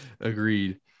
Agreed